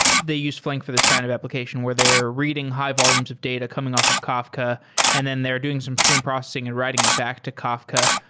they use flink for this kind of application where they're reading high-volumes of data coming off of kafka and then they're doing some stream processing and writing it back to kafka.